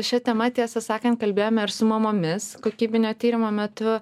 šia tema tiesą sakant kalbėjome ir su mamomis kokybinio tyrimo metu